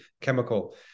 chemical